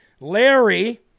Larry